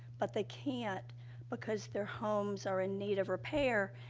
but they can't because their homes are in need of repair.